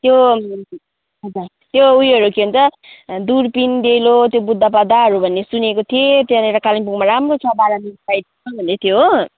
त्यो त्यो ऊ योहरू के भन्छ दुर्पिन डेलो त्यो बुद्ध बाधाहरू भन्ने सुनेको थिएँ त्यहाँनिर कालिम्पोङमा राम्रो छ बाह्र माइल साइडमा भन्दैथियो हो